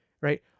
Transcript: right